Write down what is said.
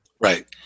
right